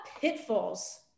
pitfalls